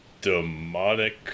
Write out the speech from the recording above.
demonic